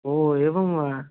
ओ एवं वा